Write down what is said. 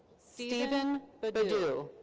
stephen but bedeau.